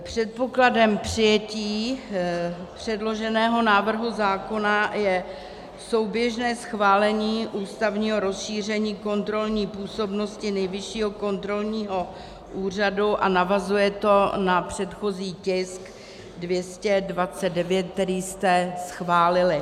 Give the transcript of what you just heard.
Předpokladem přijetí předloženého návrhu zákona je souběžné schválení ústavního rozšíření kontrolní působnosti Nejvyššího kontrolního úřadu a navazuje to na předchozí tisk 229, který jste schválili.